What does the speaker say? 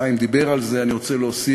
חיים דיבר על זה ואני רוצה להוסיף,